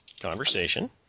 Conversation